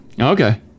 Okay